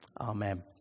Amen